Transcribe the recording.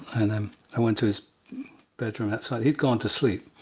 and um i went to his bedroom outside, he'd gone to sleep.